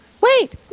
wait